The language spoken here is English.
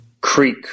Creek